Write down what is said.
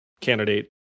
candidate